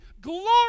glory